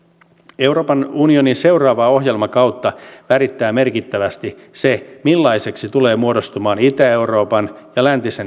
euroopan unionin seuraavaa ohjelmakautta värittää merkittävästi se millaiseksi tulee muodostumaan itä euroopan ja läntisen euroopan tilanne